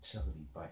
下个礼拜